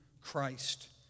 Christ